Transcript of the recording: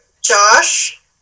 Josh